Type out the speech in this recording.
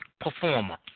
performer